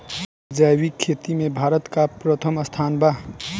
जैविक खेती में भारत का प्रथम स्थान बा